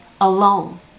alone